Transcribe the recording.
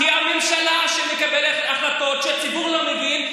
כי הממשלה מקבלת החלטות שהציבור לא מבין,